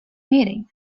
meeting